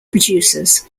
producers